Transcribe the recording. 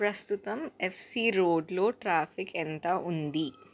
ప్రస్తుతం ఎఫ్సి రోడ్లో ట్రాఫిక్ ఎంత ఉంది